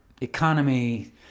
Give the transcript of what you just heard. economy